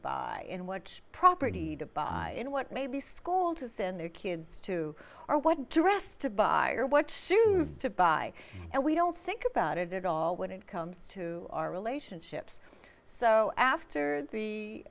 buy in which property to buy in what may be school to send their kids to or what dress to buy or what shoes to buy and we don't think about it at all when it comes to our relationships so after the